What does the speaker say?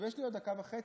יש לי עוד דקה וחצי,